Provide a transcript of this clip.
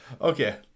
Okay